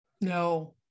no